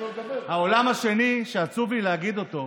העולם השני שעצוב לי להגיד אותו,